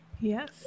Yes